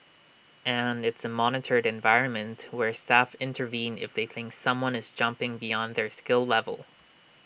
and it's A monitored environment where staff intervene if they think someone is jumping beyond their skill level